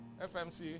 FMC